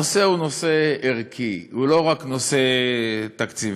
הנושא הוא לא רק נושא תקציבי,